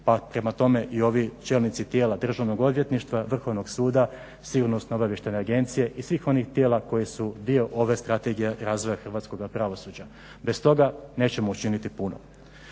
pa prema tome i ovi čelnici tijela državnog odvjetništva, Vrhovnog suda, Sigurnosno-obavještajne agencije, i svih onih tijela koji su dio ove strategije razvoja hrvatskoga pravosuđa. Bez toga nećemo učiniti puno.